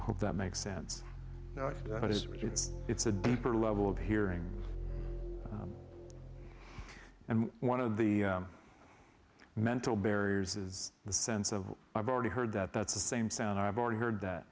hope that makes sense but it's really it's it's a deeper level of hearing and one of the mental barriers is the sense of i've already heard that that's the same sound i've already heard that